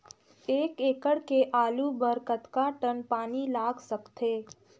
एक एकड़ के आलू बर कतका टन पानी लाग सकथे?